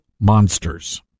monsters